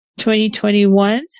2021